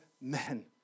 men